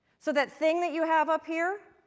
so that thing that you have up here,